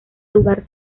lugar